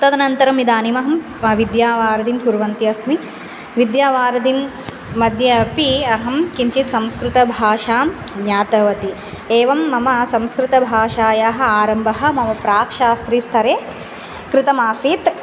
तदनन्तरम् इदानीमहं विद्यावारिदिं कुर्वन्ती अस्मि विद्यावारिदिं मद्ये अपि अहं किञ्चित् संस्कृतभाषां ज्ञातवती एवं मम संस्कृतभाषायाः आरम्भः मम प्राक्शास्त्रीस्तरे कृतमासीत्